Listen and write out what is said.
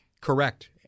Correct